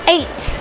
Eight